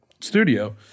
studio